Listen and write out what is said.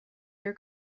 your